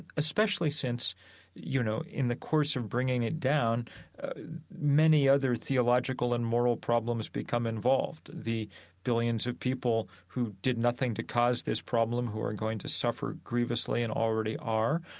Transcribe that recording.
especially since you know in the course of bringing it down many other theological and moral problems become involved. the billions of people who did nothing to cause this problem who are going to suffer grievously and already are,